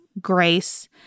grace